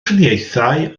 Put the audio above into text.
triniaethau